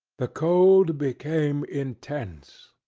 the cold became intense.